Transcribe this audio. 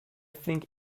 think